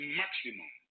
maximum